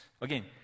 Again